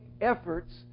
efforts